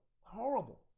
Horrible